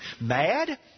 mad